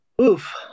oof